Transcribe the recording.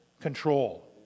control